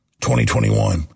2021